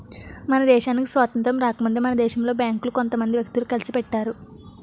మన దేశానికి స్వాతంత్రం రాకముందే మన దేశంలో బేంకులు కొంత మంది వ్యక్తులు కలిసి పెట్టారు